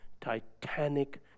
titanic